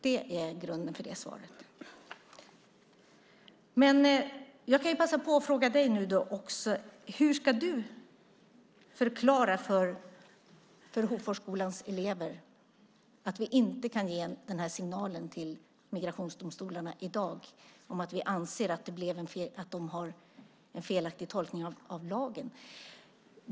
Det är grunden för det svaret. Jag vill passa på att fråga dig: Hur ska du förklara för Hoforsskolans elever att vi inte kan ge den här signalen till migrationsdomstolarna i dag, om att vi anser att de har en felaktig tolkning av lagen?